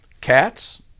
cats